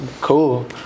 cool